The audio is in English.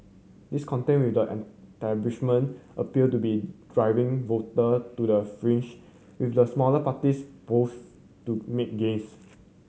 discontent with the appear to be driving voter to the fringe with the smaller parties poise to make gains